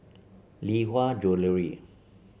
Lee Hwa Jewellery